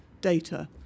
data